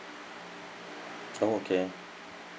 oh okay